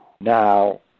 now